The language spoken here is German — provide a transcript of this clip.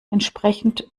entsprechend